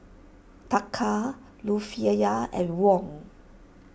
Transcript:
Taka Rufiyaa and Won